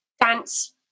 dance